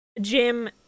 Jim